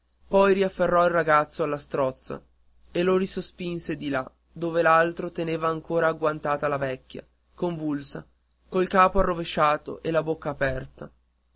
poi riafferrò il ragazzo alla strozza e lo risospinse di là dove l'altro teneva ancora agguantata la vecchia convulsa col capo arrovesciato e la bocca aperta